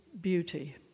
beauty